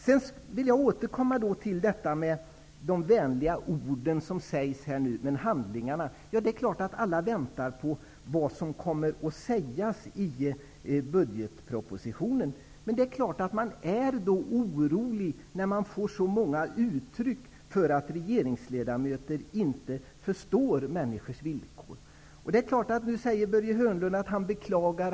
Jag vill återkomma till de vänliga ord som sägs här, men jag saknar handlingarna. Alla väntar naturligtvis på vad som kommer att sägas i budgetpropositionen. Men det är klart att människor är oroliga när de får så många uttryck för att regeringens ledamöter inte förstår människors villkor. Nu säger Börje Hörnlund att han beklagar.